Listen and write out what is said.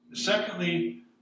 secondly